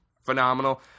Phenomenal